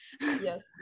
Yes